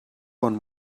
one